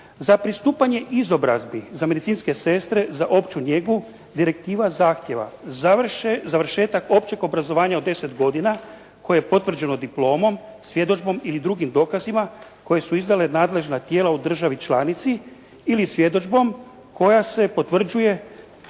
Za pristupanje izobrazbi za medicinske sestre za opću njegu direktiva zahtijeva: završetak općeg obrazovanja od 10 godina koje je potvrđeno diplomom, svjedodžbom ili drugim dokazima koje su izdale nadležna tijela u državi članici ili svjedodžbom koja se potvrđuje